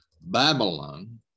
Babylon